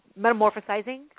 metamorphosizing